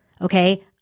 okay